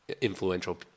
influential